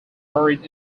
buried